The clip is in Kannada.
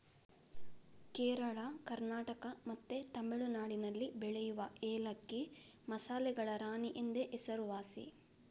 ಕೇರಳ, ಕರ್ನಾಟಕ ಮತ್ತೆ ತಮಿಳುನಾಡಿನಲ್ಲಿ ಬೆಳೆಯುವ ಏಲಕ್ಕಿ ಮಸಾಲೆಗಳ ರಾಣಿ ಎಂದೇ ಹೆಸರುವಾಸಿ